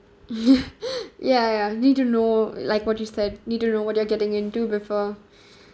ya ya need to know like what you said need to know what you're getting into before